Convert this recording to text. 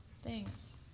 Thanks